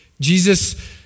Jesus